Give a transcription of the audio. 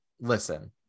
Listen